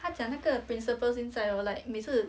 她讲那个 principal 现在哦 like 每次